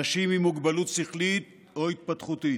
אנשים עם מוגבלות שכלית או התפתחותית.